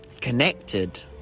connected